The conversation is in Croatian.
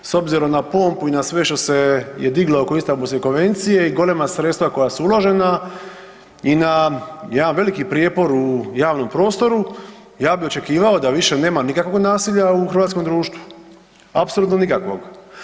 S obzirom na pompu i na sve što se je diglo oko Istambulske konvencije i golema sredstva koja su uložena i na jedan veliki prijepor u javnom prostoru ja bi očekivao da više nema nikakvog nasilja u hrvatskom društvu, apsolutno nikakvog.